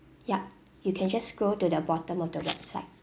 yup you can just scroll to the bottom of the website